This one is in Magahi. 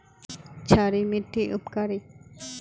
क्षारी मिट्टी उपकारी?